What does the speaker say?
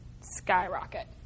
skyrocket